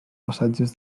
passatges